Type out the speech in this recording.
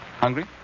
Hungry